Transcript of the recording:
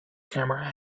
camera